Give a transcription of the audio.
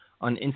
on